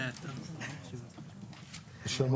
מה?